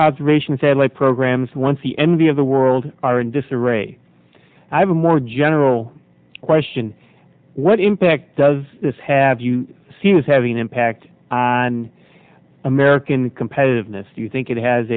observation satellite programs once the envy of the world are in disarray i have a more general question what impact does this have you seen as having impact on american competitiveness do you think it has